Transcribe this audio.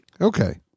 Okay